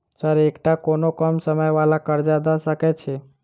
Sir एकटा कोनो कम समय वला कर्जा दऽ सकै छी?